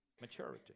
Maturity